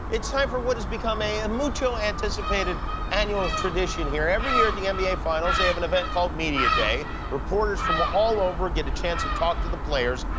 it's time for what has become a and mucho anticipated annual tradition here. every year at the nba finals, they have an event called media day. reporters from all over get a chance to talk to the players.